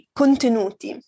contenuti